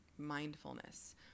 Mindfulness